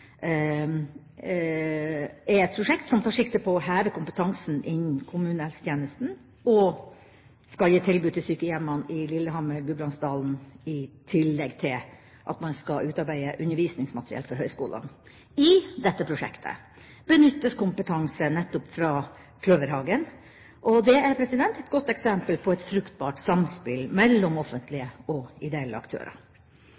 tar sikte på å heve kompetansen innen kommunehelsetjenesten og skal gi tilbud til sykehjemmene i Lillehammer/Gudbrandsdalen, i tillegg til at man skal utarbeide undervisningsmateriell for høyskolene. I dette prosjektet benyttes kompetanse nettopp fra Kløverhagen. Det er et godt eksempel på et fruktbart samspill mellom